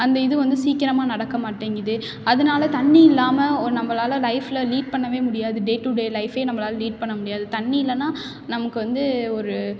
அந்த இது வந்து சீக்கிரமாக நடக்க மாட்டேங்கிது அதனால தண்ணி இல்லாமல் ஓ நம்பளால் லைஃபில் லீட் பண்ணவே முடியாது டே டு டே லைஃபே நம்பளால் லீட் பண்ண முடியாது தண்ணி இல்லைனா நமக்கு வந்து ஒரு